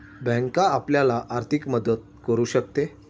bank आपल्याला आर्थिक मदत करू शकते